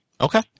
Okay